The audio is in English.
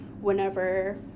whenever